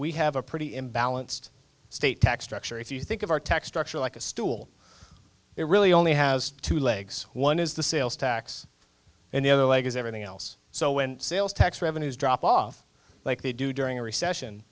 we have a pretty imbalanced state tax structure if you think of our tax structure like a stool it really only has two legs one is the sales tax and the other leg is everything else so when sales tax revenues drop off like they do during a recession